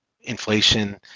inflation